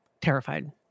terrified